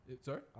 Sorry